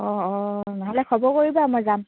অ' অ' নহ'লে খবৰ কৰিবা মই যাম